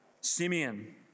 Simeon